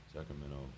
Sacramento